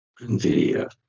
NVIDIA